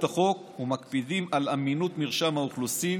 החוק ומקפידים על אמינות מרשם האוכלוסין